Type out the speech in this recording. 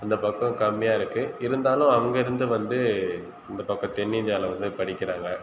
அந்த பக்கம் கம்மியாக இருக்குது இருந்தாலும் அங்கே இருந்து வந்து இந்த பக்கம் தென் இந்தியாவில் வந்து படிக்கிறாங்க